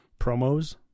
promos